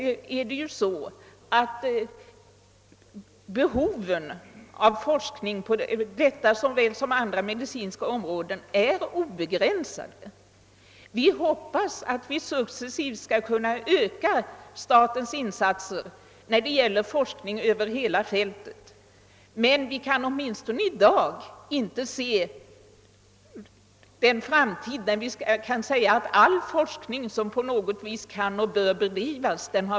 Behoven av forskning på detta såväl som på andra medicinska områden är obegränsade. Vi hoppas att vi successivt skall kunna öka statens insatser för forskning över hela fältet, men vi kan åtminstone inte i dag se den framtid då vi kan säga att vi har medel till all den forskning som på något vis kan och bör bedrivas.